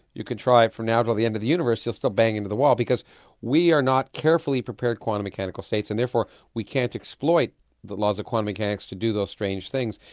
you could try from now until the end of the universe, you'd still bang into the wall because we are not carefully prepared quantum mechanical states and therefore we can't exploit the laws of quantum mechanics to do those strange things,